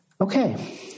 Okay